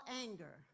anger